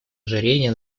ожирения